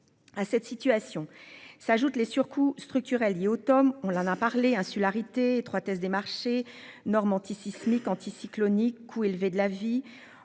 À cette situation s'ajoute les surcoûts structurels, liés au Tom on en a parlé insularité 3 étroitesse des marchés normes antisismiques anticyclonique, coût élevé de la vie